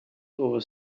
over